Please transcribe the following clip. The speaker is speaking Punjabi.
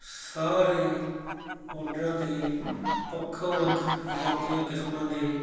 ਸਾਰੇ ਬੋਡਰਾਂ 'ਤੇ ਵੱਖੋ ਵੱਖ ਜਾਤੀਆਂ ਕਿਸਮਾਂ ਦੇ